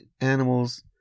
animals